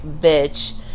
bitch